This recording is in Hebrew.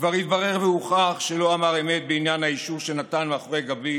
כבר התברר והוכח שלא אמר אמת בעניין האישור שנתן מאחורי גבי